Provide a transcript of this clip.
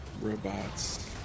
Robots